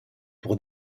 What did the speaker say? pour